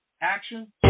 action